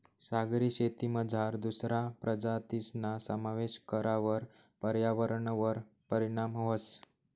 सागरी शेतीमझार दुसरा प्रजातीसना समावेश करावर पर्यावरणवर परीणाम व्हस